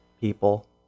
people